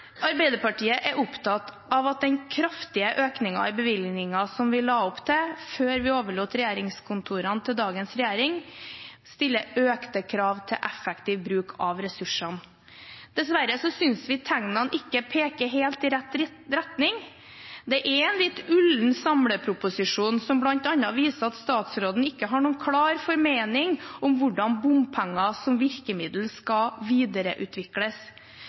Arbeiderpartiet er opptatt av at den kraftige økningen i bevilgningen som vi la opp til før vi overlot regjeringskontorene til dagens regjering, stiller økte krav til effektiv bruk av ressursene. Dessverre synes vi ikke tegnene peker helt i riktig retning. Det er en litt ullen samleproposisjon, som bl.a. viser at statsråden ikke har noen klar formening om hvordan bompenger som virkemiddel skal videreutvikles.